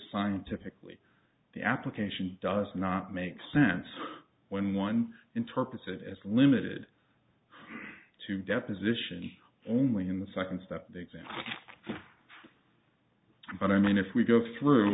scientifically the application does not make sense when one interprets it as limited to deposition only in the second step the exam but i mean if we go through